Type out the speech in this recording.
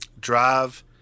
drive